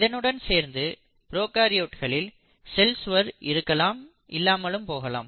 இதனுடன் சேர்ந்து ப்ரோகாரியோட்களில் செல்சுவர் இருக்கலாம் இல்லாமலும் போகலாம்